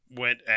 went